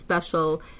special